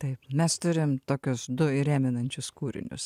taip mes turim tokius du ir įrėminančius kūrinius